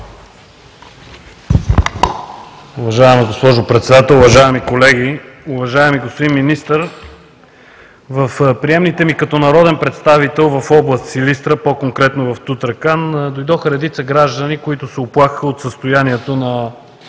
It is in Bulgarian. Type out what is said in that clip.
Уважаема госпожо Председател, уважаеми колеги! Уважаеми господин Министър! В приемните ми като народен представител в Област Силистра, по конкретно в Тутракан, дойдоха редица граждани, които се оплакаха от състоянието на